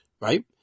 right